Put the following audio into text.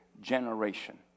generation